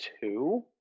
two